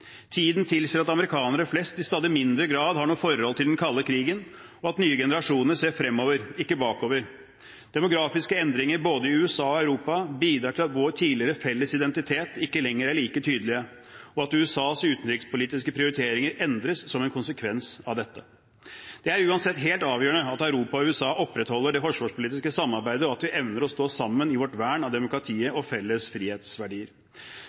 Tiden tilsier at amerikanere flest i stadig mindre grad har et forhold til den kalde krigen, og at nye generasjoner ser fremover, ikke bakover. Demografiske endringer i både USA og Europa bidrar til at vår tidligere felles identitet ikke lenger er like tydelig, og USAs utenrikspolitiske prioriteringer endres som en konsekvens av dette. Det er uansett helt avgjørende at Europa og USA opprettholder det forsvarspolitiske samarbeidet, og at vi evner å stå sammen i vårt vern av demokratiet og felles frihetsverdier.